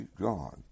God